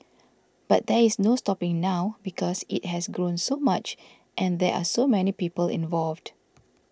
but there is no stopping now because it has grown so much and there are so many people involved